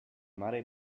mare